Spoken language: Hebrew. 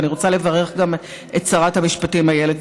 אני רוצה לברך גם את שרת המשפטים איילת